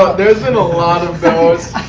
there's been a lot of those.